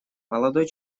молодой